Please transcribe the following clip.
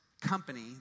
company